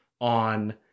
on